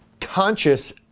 conscious